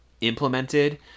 implemented